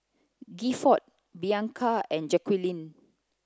Gifford Bianca and Jaqueline